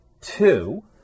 two